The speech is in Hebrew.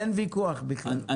אין ויכוח בכלל,